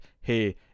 hey